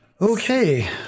Okay